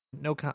no